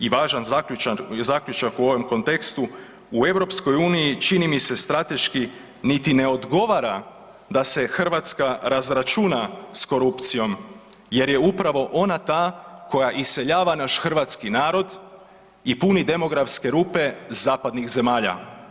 I važan zaključak u ovom kontekstu u EU čini mi se strateški niti ne odgovara da se Hrvatska razračuna sa korupcijom, jer je upravo ona ta koja iseljava naš Hrvatski narod i puni demografske rupe zapadnih zemalja.